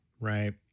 right